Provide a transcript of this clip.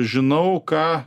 žinau ką